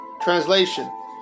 translation